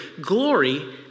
glory